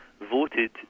voted